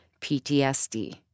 PTSD